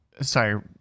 sorry